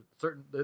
certain